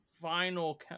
final